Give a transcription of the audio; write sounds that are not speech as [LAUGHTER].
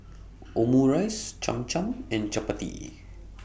Omurice Cham Cham and Chapati [NOISE]